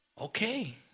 okay